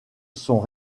sont